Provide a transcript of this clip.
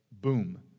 Boom